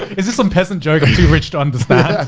is this some peasant joke i'm too rich to understand?